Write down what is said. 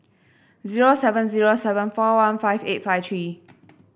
zero seven zero seven four one five eight five three